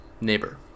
neighbor